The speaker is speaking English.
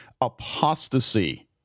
Apostasy